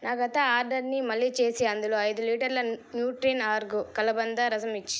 నా గత ఆర్డర్ని మళ్ళీ చేసి అందులో ఐదు లీటర్ల న్యూట్రీన్ ఆర్గ్ కలబంద రసం ఇఛ్